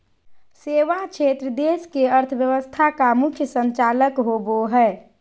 सेवा क्षेत्र देश के अर्थव्यवस्था का मुख्य संचालक होवे हइ